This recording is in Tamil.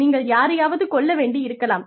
நீங்கள் யாரையாவது கொல்ல வேண்டி இருக்கலாம்